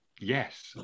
Yes